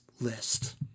list